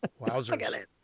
Wowzers